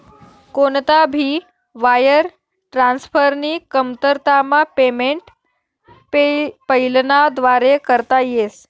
कोणता भी वायर ट्रान्सफरनी कमतरतामा पेमेंट पेपैलना व्दारे करता येस